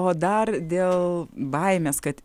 o dar dėl baimės kad